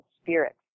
spirit